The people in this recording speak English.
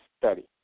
study